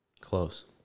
Close